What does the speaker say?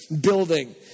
building